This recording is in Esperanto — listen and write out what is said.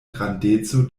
grandeco